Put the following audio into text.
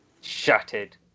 Shattered